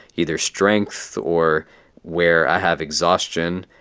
either strength or where i have exhaustion,